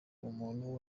umuntu